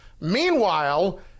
meanwhile